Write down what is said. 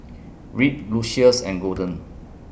Reed Lucius and Golden